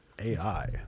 AI